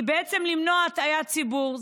היא למנוע את הטעיית הציבור.